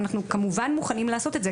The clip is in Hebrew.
אנחנו כמובן מוכנים לעשות את זה.